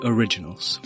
Originals